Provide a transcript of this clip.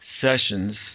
sessions